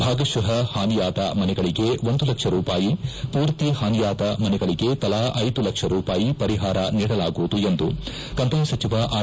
ಭಾಗಶಃ ಹಾನಿಯಾದ ಮನೆಗಳಿಗೆ ಒಂದು ಲಕ್ಷ ರೂಪಾಯಿ ಪೂರ್ತಿ ಹಾನಿಯಾದ ಮನೆಗಳಗೆ ತಲಾ ಐದು ಲಕ್ಷ ರೂಪಾಯಿ ಪರಿಹಾರ ನೀಡಲಾಗುವುದು ಎಂದು ಕಂದಾಯ ಸಚಿವ ಆರ್